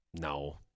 No